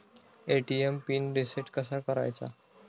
ATM PIN reset कसा करायचा?